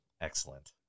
Excellent